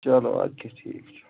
چلو اَدٕ کیٛاہ ٹھیٖک چھُ